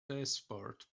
passport